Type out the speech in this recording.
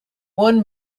one